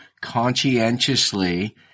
conscientiously